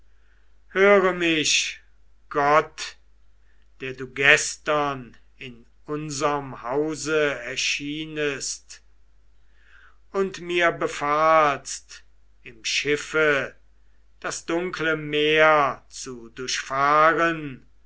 höre mich gott der du gestern in unserm hause erschienest und mir befahlst im schiffe das dunkle meer zu durchfahren